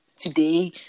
Today